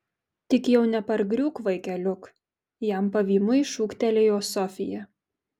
tik jau nepargriūk vaikeliuk jam pavymui šūktelėjo sofija